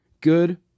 good